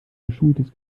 geschultes